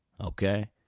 Okay